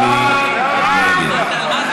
מי נגד?